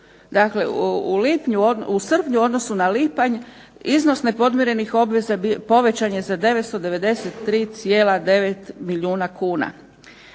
dakle u srpnju u odnosu na lipanj iznos nepodmirenih obveza povećan je za 993,9 milijuna kuna,